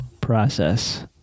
process